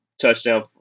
touchdown